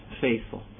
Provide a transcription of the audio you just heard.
faithful